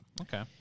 Okay